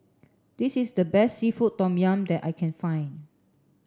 this is the best seafood tom yum that I can find